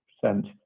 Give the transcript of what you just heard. percent